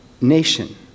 nation